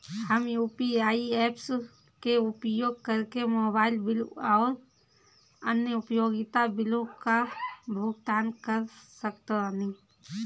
हम UPI apps के उपयोग करके मोबाइल बिल आउर अन्य उपयोगिता बिलों का भुगतान कर सकतानी